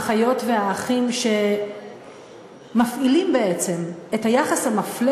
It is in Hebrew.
האחיות והאחים שמפעילים בעצם את היחס המפלה